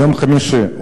יום חמישי,